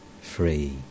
free